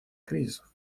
кризисов